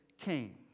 came